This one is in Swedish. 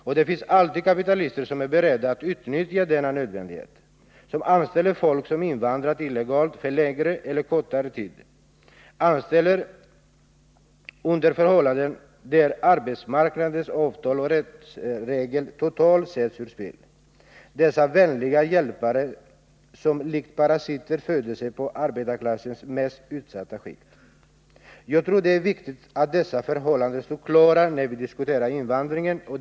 Och det finns alltid kapitalister som är beredda att utnyttja denna nödvändighet — som anställer folk som invandrat illegalt för längre eller kortare tid, anställer under förhållanden där arbetsmarknadens avtal och rättsregler totalt sätts ur spel. Dessa ”vänliga hjälpare” föder sig likt parasiter på arbetarklassens mest utsatta skikt. Jag tror att det är viktigt att dessa förhållanden står klara när vi diskuterar invandringen, inkl.